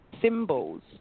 symbols